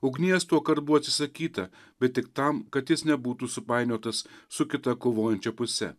ugnies tuokart buvo atsisakyta bet tik tam kad jis nebūtų supainiotas su kita kovojančia puse